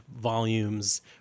volumes